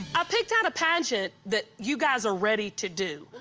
i picked out a pageant that you guys are ready to do.